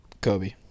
kobe